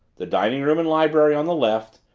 the dining-room and library on the left,